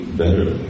better